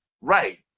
Right